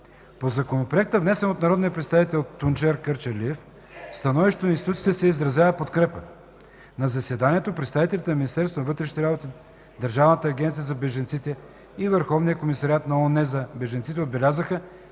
По Законопроекта, внесен от народния представител Тунчер Кърджалиев, в становищата на институциите се изразява подкрепа. На заседанието представителите на Министерството на вътрешните работи, Държавната агенция за бежанците и Върховния комисариат на ООН за бежанците отбелязаха,